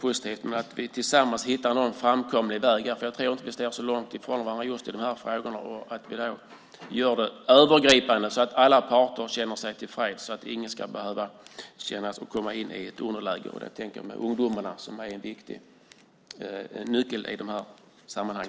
Det vore bra om vi tillsammans hittar en framkomlig väg, eftersom jag inte tror att vi står så långt från varandra just i dessa frågor, och att vi gör det övergripande så att alla parter känner sig tillfreds och inga behöver känna att de är i underläge. Och ungdomarna är en viktig nyckel i dessa sammanhang.